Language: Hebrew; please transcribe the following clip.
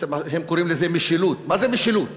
הם קוראים לזה "משילות"; מה זה משילות?